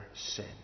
sin